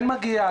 כן מגיע,